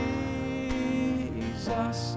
Jesus